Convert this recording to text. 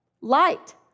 Light